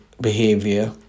behavior